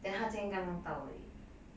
then 他今天刚刚到而已